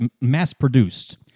mass-produced